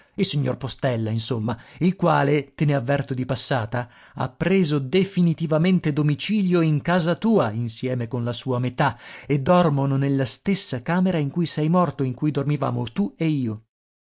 il signor postella insomma il quale te ne avverto di passata ha preso definitivamente domicilio in casa tua insieme con la sua metà e dormono nella stessa camera in cui sei morto in cui dormivamo tu e io